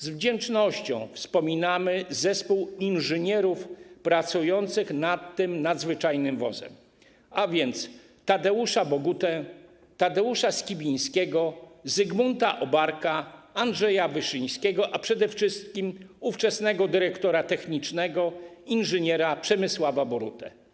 Z wdzięcznością wspominamy zespół inżynierów pracujących nad tym nadzwyczajnym wozem, a więc Tadeusza Bogutę, Tadeusza Skibińskiego, Zygmunta Obarka, Andrzeja Wyszyńskiego, a przede wszystkim ówczesnego dyrektora technicznego inż. Przemysława Borutę.